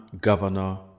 Governor